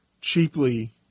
cheaply